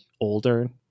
older